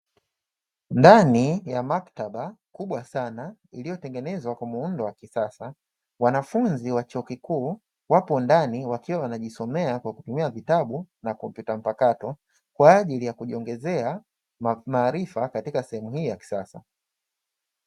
Ndani ya maktaba kubwa sana iliyotengenezwa kwa muunda wa kisasa, wanafunzi wa chuo kikuu wapo ndani wakiwa wanajisomea kwa kutumia vitabu na kompyuta mpakato kwaajili ya kujiongezea maarifa katika sehemu hii ya kisasa.